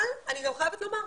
אבל, אני גם חייבת לומר,